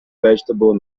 vegetable